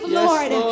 lord